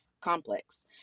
complex